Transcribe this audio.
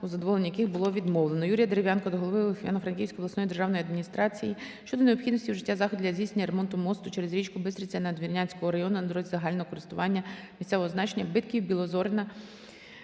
у задоволенні яких було відмовлено. Юрія Дерев'янка до голови Івано-Франківської обласної державної адміністрації щодо необхідності вжиття заходів для здійснення ремонту мосту через річку Бистриця Надвірнянського району на дорозі загального користування місцевого значення Битків-Білозорина